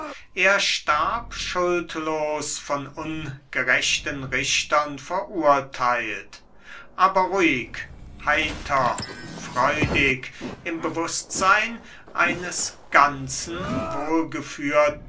er starb schuldlos von ungerechten richtern verurtheilt aber ruhig heiter freudig im bewußtseyn eines ganzen